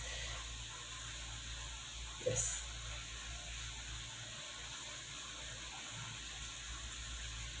yes